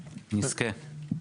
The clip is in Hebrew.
נזכה.